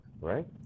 right